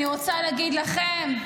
אני רוצה להגיד לכם,